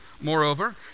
Moreover